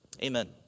Amen